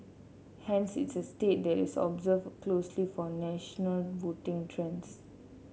hence it's a state that is observed closely for national voting trends